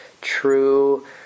true